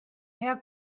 hea